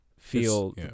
feel